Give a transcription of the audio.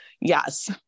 yes